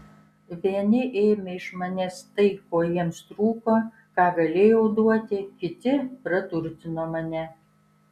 vieni ėmė iš manęs tai ko jiems trūko ką galėjau duoti kiti praturtino mane